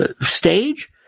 stage